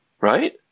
right